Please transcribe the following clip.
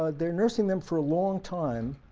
they're nursing them for a long time.